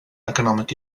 economic